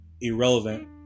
Irrelevant